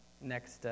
next